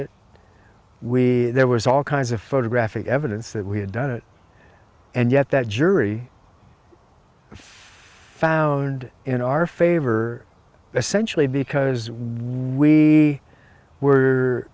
it we there was all kinds of photographic evidence that we had done and yet that jury found in our favor essentially because we were